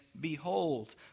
behold